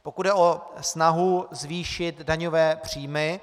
Pokud jde o snahu zvýšit daňové příjmy.